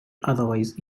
otherwise